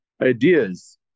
ideas